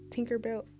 tinkerbell